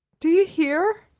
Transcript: do you hear!